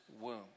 womb